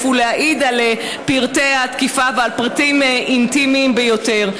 ולהעיד על פרטי התקיפה ועל פרטים אינטימיים ביותר.